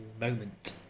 moment